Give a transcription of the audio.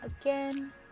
again